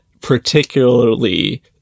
particularly